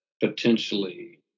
potentially